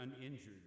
uninjured